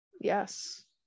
Yes